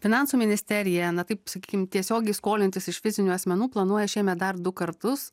finansų ministerija na taip sakykim tiesiogiai skolintis iš fizinių asmenų planuoja šiemet dar du kartus